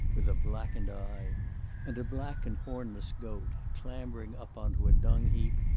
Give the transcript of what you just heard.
with a blackened eye and a black and hornless goat, clambering up on to a dung heap,